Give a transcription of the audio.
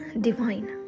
divine